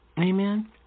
Amen